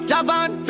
Javan